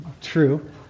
true